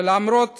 ולמרות